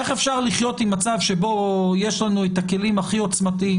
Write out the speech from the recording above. איך אפשר לחיות עם מצב שבו יש לנו את הכלים הכי עוצמתיים?